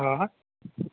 હા